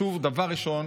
דבר ראשון,